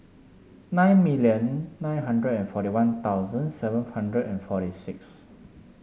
nine million nine hundred and forty One Thousand seven hundred and forty six